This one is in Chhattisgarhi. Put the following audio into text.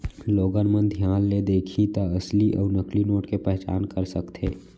लोगन मन धियान ले देखही त असली अउ नकली नोट के पहचान कर सकथे